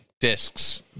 discs